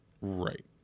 Right